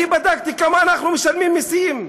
אני בדקתי כמה אנחנו משלמים מסים,